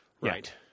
right